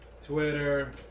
Twitter